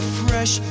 fresh